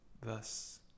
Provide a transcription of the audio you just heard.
Thus